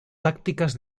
tácticas